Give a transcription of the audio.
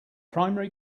primary